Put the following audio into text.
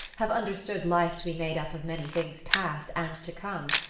have understood life to be made up of many things past and to come,